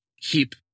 keep